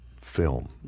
film